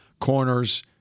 Corners